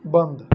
बन्द